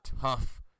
tough